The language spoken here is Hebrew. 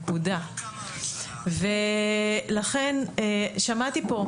נקודה ולכן שמעתי פה,